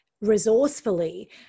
resourcefully